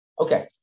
Okay